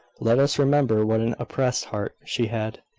let us remember what an oppressed heart she had,